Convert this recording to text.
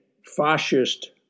fascist